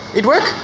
it works.